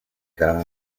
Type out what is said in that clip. caro